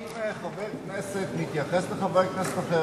אם חבר כנסת מתייחס לחבר כנסת אחר,